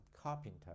carpenter